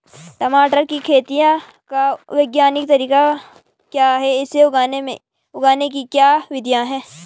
टमाटर की खेती का वैज्ञानिक तरीका क्या है इसे उगाने की क्या विधियाँ हैं?